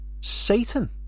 Satan